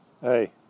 Hey